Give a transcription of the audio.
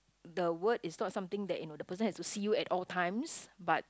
the word is not something that you know the person has to see you at all times but